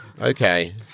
Okay